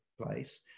place